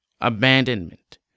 Abandonment